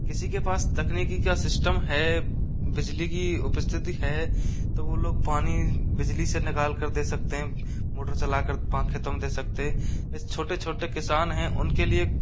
किसी के पास तकनीकी क्या सिस्टम है बिजली की उपस्थिति है तो वो लोग पानी बिजली से निकाल कर दे सकते हैं मोटर चलाकर खेतों में दे सकते छोटे छोटे किसान है उनके लिए